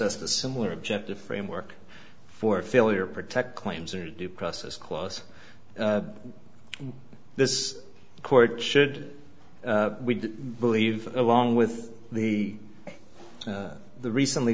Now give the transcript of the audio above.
a similar objective framework for failure protect claims are due process clause this court should we believe along with the the recently